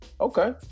Okay